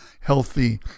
healthy